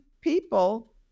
people